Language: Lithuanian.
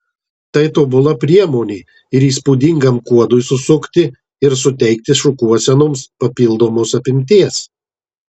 tai tobula priemonė ir įspūdingam kuodui susukti ir suteikti šukuosenoms papildomos apimties